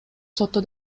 сотто